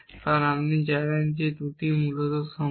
কারণ আপনি জানেন যে এই 2টি মূলত সমান